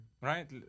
right